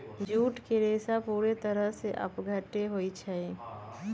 jute के रेशा पूरे तरह से अपघट्य होई छई